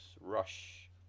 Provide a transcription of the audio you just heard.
Rush